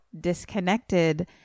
Disconnected